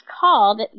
called